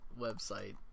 website